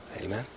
Amen